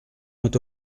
était